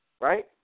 Right